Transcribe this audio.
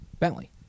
Bentley